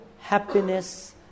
happiness